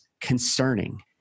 concerning